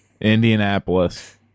Indianapolis